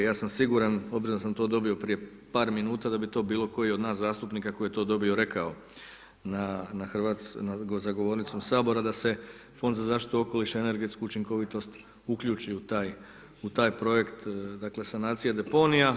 Ja sam siguran, obzirom da sam to dobio prije par minuta da bi to bilo koji od nas zastupnika koji je to dobio rekao za govornicom sabora da se Fond za zaštitu okoliša i energetsku učinkovitost uključi u taj projekt sanacije deponija.